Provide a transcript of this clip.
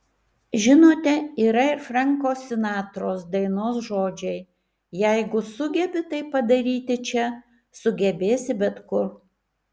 žinote yra ir franko sinatros dainos žodžiai jeigu sugebi tai padaryti čia sugebėsi bet kur